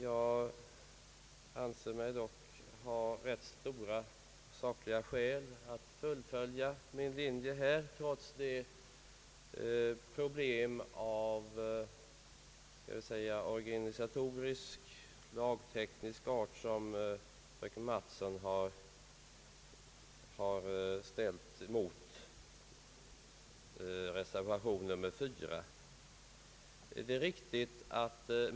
Jag anser mig dock ha starka sakliga skäl att fullfölja min linje i denna fråga trots de problem av låt oss säga organisatorisk och lagteknisk art som fröken Mattson har ställt mot reservationen 4.